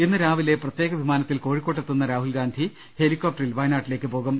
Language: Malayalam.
ഇന്നു രാവിലെ പ്രത്യേക വിമാനത്തിൽ കോഴിക്കോ ട്ടെത്തുന്ന രാഹുൽഗാന്ധി ഹെലികോപ്റ്ററിൽ വയനാട്ടിലേക്ക് പോകും